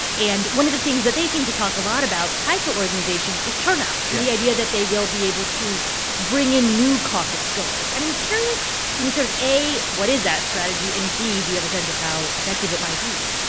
and one of the things that they seem to talk a lot about, tied to organization, is turnout. yeah. and the idea that they will be able to bring in new caucusgoers. and i'm curious you know, sort of, a, what is that strategy? and, b, do you have a sense of how effective it might be?